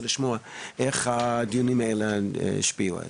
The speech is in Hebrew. לדעת ולשמוע איך הדיונים האלה השפיעו עליכם.